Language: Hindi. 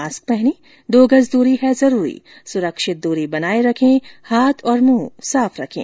मास्क पहनें दो गज दूरी है जरूरी सुरक्षित दूरी बनाये रखें हाथ और मुंह साफ रखें